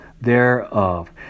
thereof